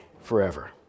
forever